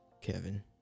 Kevin